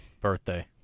birthday